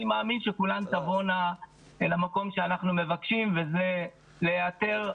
אני מאמין שכולן תבאנה אל המקום שאנחנו מבקשים וזה להיעתר,